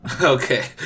okay